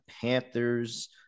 Panthers